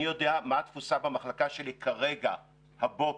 אני יודע מה התפוסה במחלקה שלי כרגע, הבוקר,